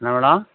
என்ன மேடம்